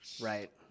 Right